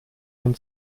den